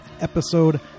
episode